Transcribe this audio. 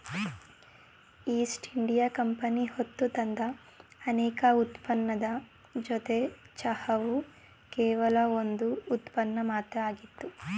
East India Company ಹೊತ್ತುತಂದ ಅನೇಕ ಉತ್ಪನ್ನದ್ ಜೊತೆ ಚಹಾವು ಕೇವಲ ಒಂದ್ ಉತ್ಪನ್ನ ಮಾತ್ರ ಆಗಿತ್ತು